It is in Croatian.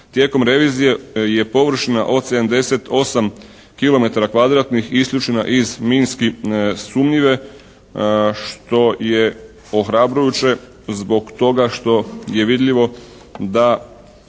Tijekom revizije je površina od 78 kilometara kvadratnih isključena iz minski sumnjive, što je ohrabrujuće zbog toga što je vidljivo da